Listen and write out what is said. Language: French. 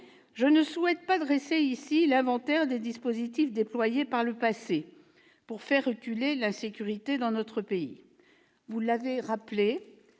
Je ne souhaite pas dresser ici l'inventaire des dispositifs déployés par le passé pour faire reculer l'insécurité dans notre pays. Vous l'avez rappelé,